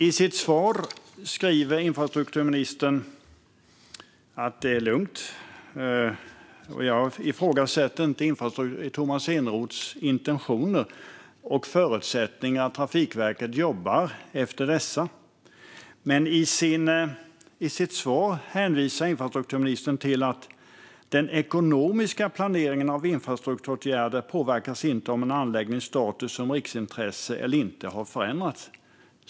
I sitt svar säger infrastrukturministern att det är lugnt. Jag ifrågasätter inte Tomas Eneroths intentioner eller förutsättningarna för Trafikverket att jobba efter dessa, men i sitt svar hänvisar infrastrukturministern till att den ekonomiska planeringen av infrastrukturåtgärder inte påverkas av om en anläggnings status som riksintresse eller inte har förändrats.